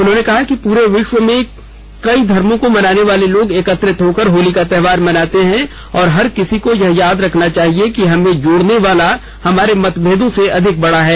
उन्होंने कहा कि पूरे विश्व में कई धर्मों को मानने वाले लोग एकत्र होकर होली का त्योहार मनाते हैं और हर किसी को यह याद रखना चाहिए कि हमें जोड़ने वाला हमारे मतभेदों से अधिक बड़ा है